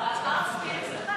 הרי הפער מתחיל מכאן.